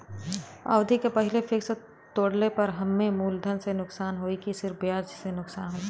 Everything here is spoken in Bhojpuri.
अवधि के पहिले फिक्स तोड़ले पर हम्मे मुलधन से नुकसान होयी की सिर्फ ब्याज से नुकसान होयी?